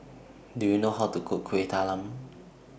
Do YOU know How to Cook Kueh Talam